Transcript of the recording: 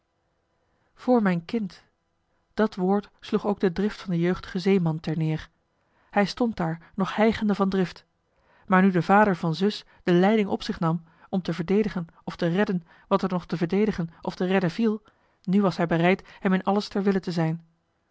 voor mijn kind dat woord sloeg ook de drift van den jeugdigen zeeman terneer hij stond daar nog hijgende van drift maar nu de vader van zus de leiding op zich nam om te verdedigen of te redden wat er nog te verdedigen of te redden viel nu was hij bereid hem in alles ter wille te zijn